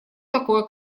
такое